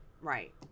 Right